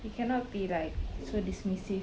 we cannot be like so dismissive